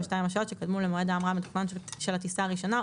השעות שקדמו למועד ההמראה המתוכנן של הטיסה הראשונה,